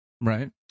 Right